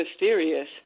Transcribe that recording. mysterious